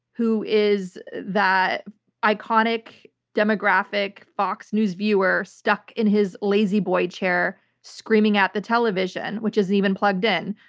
who is that iconic demographic fox news viewer stuck in his la-z-boy chair screaming at the television, which isn't even plugged in.